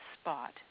spot